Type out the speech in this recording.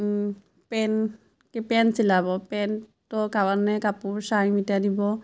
pant pant চিলাব পেণ্টটো কাৰণে কাপোৰ চাৰি মিটাৰ দিব